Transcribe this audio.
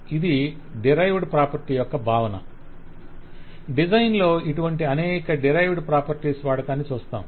ఇది derived property యొక్క భావన డిజైన్ లో ఇటువంటి అనేక డిరైవ్డ్ ప్రాపర్టీస్ వాడకాన్ని చూస్తాము